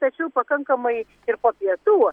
tačiau pakankamai ir po pietų